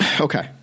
Okay